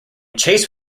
chase